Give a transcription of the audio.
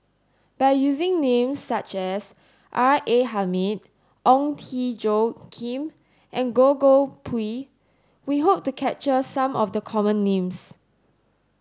by using name such as R A Hamid Ong Tjoe Kim and Goh Koh Pui we hope to capture some of the common names